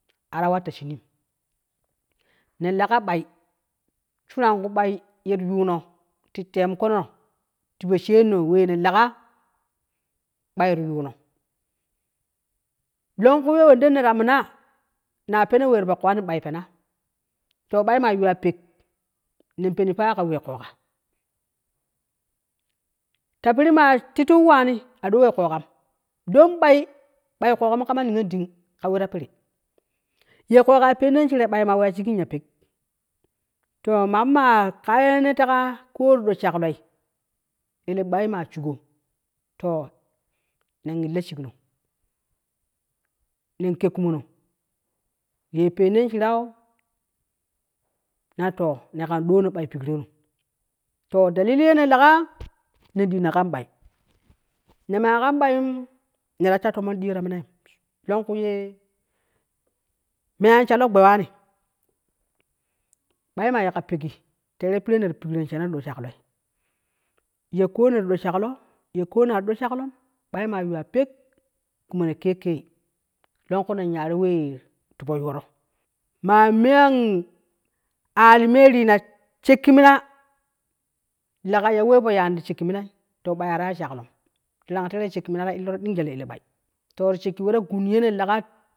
Ara watta shiniim, ne laga ɓai shuran kuu ɓai ye ti yuuno ti temokono tipo sheeno wee na lagaa ɓai ti yuuno longku ye wende neta mina na peno wee tipo koonanim ɓai penas to ɓai maa yuuwa pek, nen penii pa kawee kooka, ta piri maa titiu waan adoo we kookam don ɓai ɓai kooka mu kama niyon dina ka we ta piri. ye kookai pennen shire ɓai maa weya shigi in ya pek to mammaa kaye ne tega ko di ɗo shakloi ele ɓai ma shugo to nen illo shigno nen ke kumono ye pennen shiranu na to nekan doo no bai pikrono to dalili yene laga nen diino kan ɓai nemaa kan ɓayyum neta sha tomon diyo ta minai longku yee me anshalo gbe waani, ɓai maa yika pekgi teeree piree neti pikron sheeno tido shaklo, ye ko netipo shaklo yeko ne ti doo shaklom ɓai maa yuwa pe kumono kekei longku nen yaaro, wee tipo yooro, maa me an ali me rina shekki mina, lega ya wee po yaani ti shekki minai, to ɓai ata ya shaklom, darangnom teere shekki minai ta illoro ding jan ele bai to ti shekki wee ta gun yeene lega.